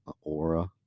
aura